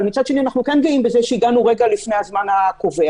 אבל מצד שני אנחנו גאים בזה שהגענו רגע לפני הזמן הקובע.